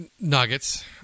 nuggets